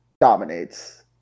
dominates